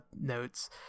notes